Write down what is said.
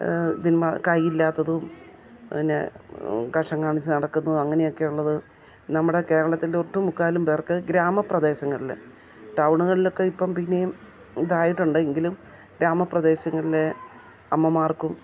ഇതിന്മാ കയ്യില്ലാത്തതും പിന്നെ കക്ഷം കാണിച്ച് നടക്കുന്നതും അങ്ങനെയൊക്കെയുള്ളത് നമ്മുടെ കേരളത്തിൻ്റെ ഒട്ടു മുക്കാലും പേർക്ക് ഗ്രാമപ്രദേശങ്ങളിൽ ടൗണുകളിലൊക്കെ ഇപ്പം പിന്നെയും ഇതായിട്ടുണ്ട് എങ്കിലും ഗ്രാമപ്രദേശങ്ങളിലെ അമ്മമാർക്കും